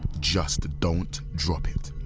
just don't drop it.